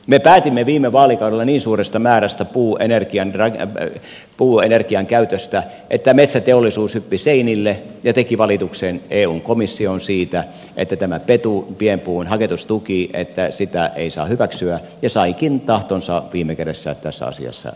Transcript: me päätimme viime vaalikaudella niin suuresta määrästä puuenergian käyttöä että metsäteollisuus hyppi seinille ja teki valituksen eun komissioon siitä että tätä petua pienpuun haketustukea ei saa hyväksyä ja saikin tahtonsa viime kädessä tässä asiassa läpi